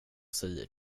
säger